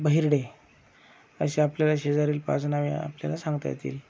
बहिरडे अशी आपल्याला शेजारील पाच नावे आपल्याला सांगता येतील